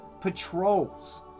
patrols